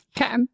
okay